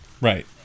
right